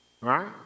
Right